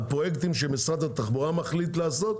על פרויקטים שמשרד התחבורה מחליט לעשות,